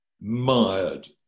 mired